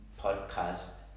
podcast